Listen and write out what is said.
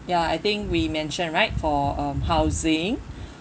ya I think we mentioned right for um housing